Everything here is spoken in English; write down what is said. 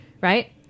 Right